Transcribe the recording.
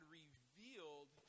revealed